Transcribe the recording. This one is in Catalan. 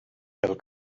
pel